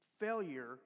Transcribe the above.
failure